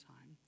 time